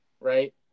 right